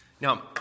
Now